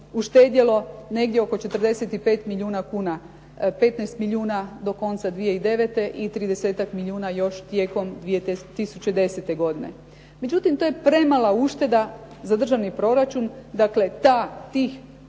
uštedjelo negdje oko 45 milijuna kuna, 15 milijuna do konca 2009. i tridesetak milijuna još tijekom 2010. godine. Međutim, to je premala ušteda za državni proračun dakle tih